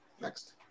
Next